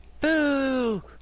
Boo